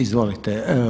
Izvolite.